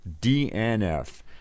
DNF